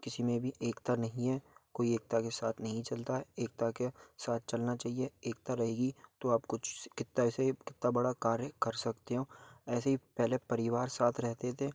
किसी में भी एकता नहीं है कोई एकता के साथ नहीं चलता है एकता के साथ चलना चाहिए एकता रहेगी तो आप कुछ कितना ऐसे कितना बड़ा कार्य कर सकते हो ऐसे ही पहले परिवार साथ रहते थे